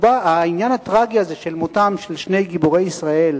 העניין הטרגי של מותם של שני גיבורי ישראל,